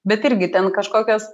bet irgi ten kažkokios